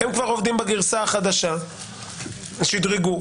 הם כבר עובדים בגרסה החדשה, שדרגו.